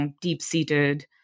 deep-seated